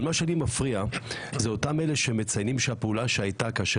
אבל מה שלי מפריע זה אותם אלה שמציינים שהפעולה שהייתה כאשר